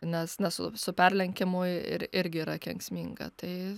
nes nes su su perlenkimu ir irgi yra kenksminga tai